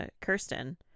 Kirsten